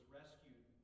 rescued